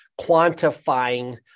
quantifying